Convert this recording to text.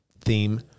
theme